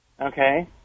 okay